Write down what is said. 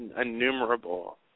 innumerable